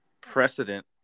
precedent